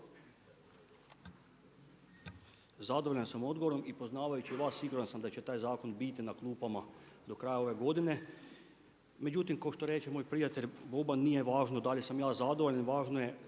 Zadovoljan sam odgovorom i poznavajući vas siguran sam da će taj zakon biti na klupama do kraja ove godine. Međutim, kao što reče moj prijatelj Boban, nije važno da li sam ja zadovoljan, važno je